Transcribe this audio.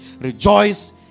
Rejoice